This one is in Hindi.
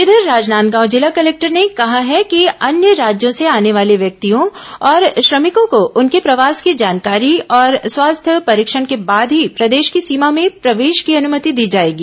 इधर राजनांदगांव जिला कलेक्टर ने कहा है कि अन्य राज्यों से आने वाले व्यक्तियों और श्रमिकों को उनके प्रवास की जानकारी और स्वास्थ्य परीक्षण के बाद ही प्रदेश की सीमा में प्रवेश की अनुमति दी जाएगी